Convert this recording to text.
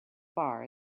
bar